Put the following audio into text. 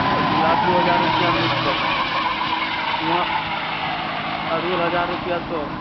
आओर गुलाब दू हजार रुपैआ मिलतौ वहाँ अरहुल हजार रुपआ सए